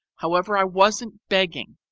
however, i wasn't begging!